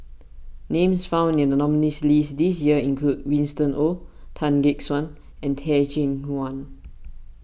names found in the nominees' list this year include Winston Oh Tan Gek Suan and Teh Cheang Wan